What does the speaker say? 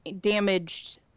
damaged